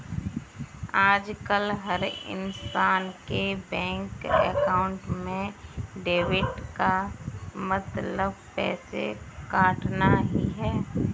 आजकल हर इन्सान के बैंक अकाउंट में डेबिट का मतलब पैसे कटना ही है